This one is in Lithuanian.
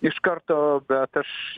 iš karto bet aš